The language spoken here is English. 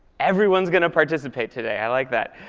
everyone's going to participate today. i like that.